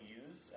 use